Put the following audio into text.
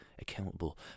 accountable